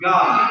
God